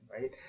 right